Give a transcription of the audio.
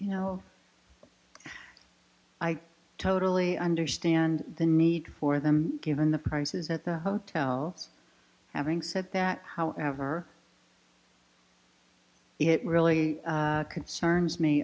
you know i totally understand the need for them given the prices at the hotel having said that however it really concerns me